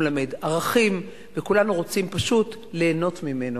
הוא מלמד ערכים, וכולנו רוצים פשוט ליהנות ממנו.